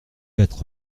quatre